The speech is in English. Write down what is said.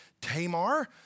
Tamar